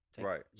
Right